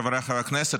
חבריי חברי הכנסת,